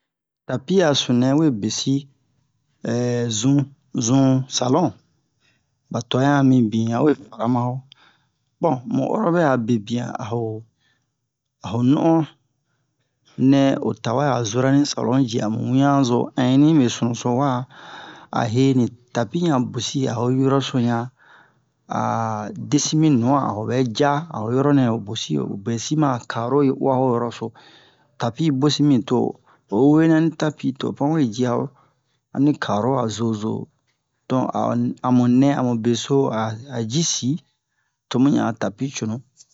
tapi a sunu nɛ we besi zun zun salon ɓa twa ɲan mibin ɓa twa ɲan mibin awe fara ma wo bon mu ɔrɔ ɓɛ'a bebiyan a ho a ho nu'an ̵̵nɛ o tawɛ a zora ni salon ji amu wiɲan ɛn nine sunuzo wa a he ni tapi ɲan bosi a ho yɔrɔso ɲan a desi mi nɔɔ a hoɓɛ ca a ho yɔrɔ nɛ ho bosi biyesi ma a karo yi uwa ho yɔrɔso tapi yi bosi mi to oyi huweniyan ni tapi to o pan we ji a ho ani karo a zozo donk a o amu nɛ amu beso a a ji sii tomu ɲan a tapi cunu